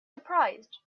surprised